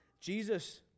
Jesus